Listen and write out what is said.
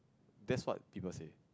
that's what people say